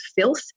filth